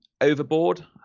overboard